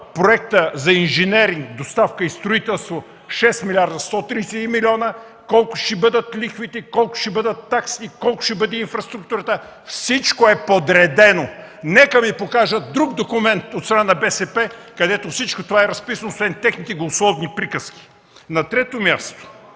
проектът за инженеринг, доставка и строителство – 6 млрд. 131 млн., колко ще бъдат лихвите, колко ще бъдат таксите, колко ще бъде инфраструктурата. Всичко е подредено (показва). Нека да Ви покажа друг документ от страна на БСП, където всичко това е разписано, освен техните голословни приказки. На трето място,